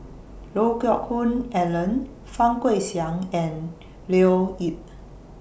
Lee Geck Hoon Ellen Fang Guixiang and Leo Yip